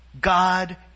God